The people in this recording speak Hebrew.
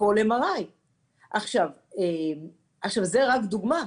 הכל MRI. זו רק דוגמה.